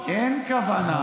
אין כוונה,